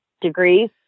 degrees